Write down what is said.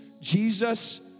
Jesus